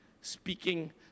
speaking